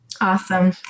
Awesome